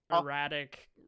erratic